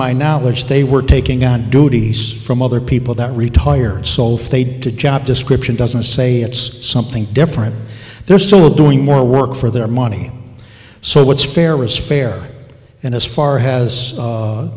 my knowledge they were taking out duties from other people that retired sole fade to job description doesn't say it's something different they're still doing more work for their money so what's fair is fair and as far has